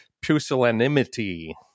pusillanimity